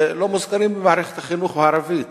לא מוזכרים במערכת החינוך הערבית.